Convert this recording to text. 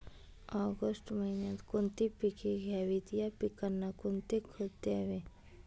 August महिन्यात कोणती पिके घ्यावीत? या पिकांना कोणते खत द्यावे?